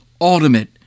ultimate